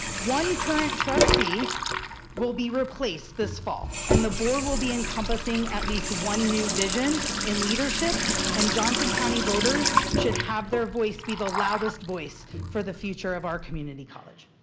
one current trustee will be replaced this fall and the board will be encompassing at least one new vision in leadership and johnson county voters should have their voice be the loudest voice for the future of our community college.